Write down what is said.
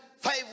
five